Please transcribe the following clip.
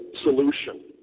solution